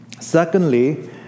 Secondly